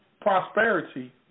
prosperity